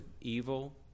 evil